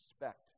respect